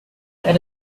let